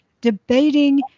debating